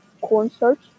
cornstarch